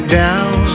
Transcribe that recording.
down